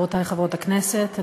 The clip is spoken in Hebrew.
חברותי חברות הכנסת,